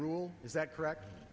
rule is that correct